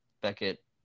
Beckett